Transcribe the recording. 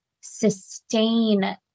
sustain